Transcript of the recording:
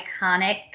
iconic